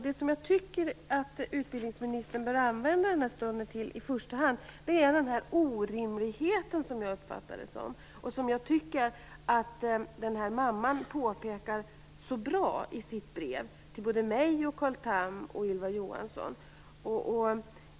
Det som jag tycker att utbildningsministern i första bör använda den här stunden till är det som jag uppfattar som en orimlighet och som jag tycker att den här mamman påpekar så bra i sitt brev till både mig, Carl Tham och Ylva Johansson.